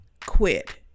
quit